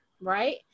right